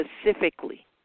specifically